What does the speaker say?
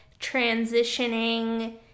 transitioning